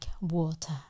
water